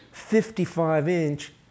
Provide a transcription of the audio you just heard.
55-inch